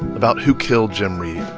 about who killed jim reeb.